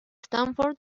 stanford